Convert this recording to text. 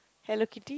Hello-Kitty